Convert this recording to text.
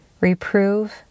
Reprove